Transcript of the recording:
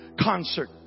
concert